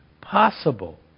possible